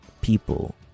people